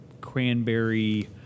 cranberry